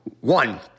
One